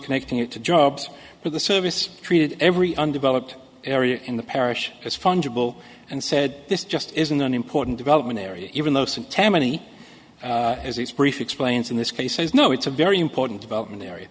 connecting it to jobs for the service treated every undeveloped area in the parish is fungible and said this just isn't an important development area even though some tammany has its brief explains in this case is no it's a very important development area